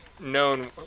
known